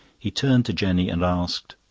he turned to jenny and asked